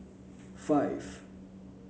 five